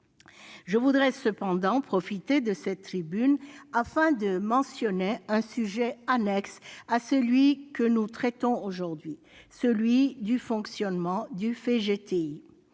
Je veux profiter de cette tribune pour mentionner un sujet annexe à celui que nous traitons aujourd'hui, celui du fonctionnement du FGTI.